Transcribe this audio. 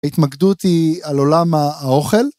התמקדות היא על עולם האוכל.